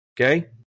Okay